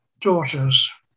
daughters